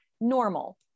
normal